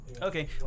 Okay